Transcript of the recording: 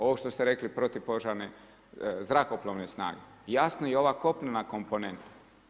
Ovo što ste rekli protiv požarne zrakoplovne snage, jasno i ova kopnena komponenta.